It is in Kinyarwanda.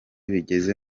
bigeze